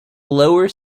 lower